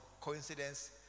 coincidence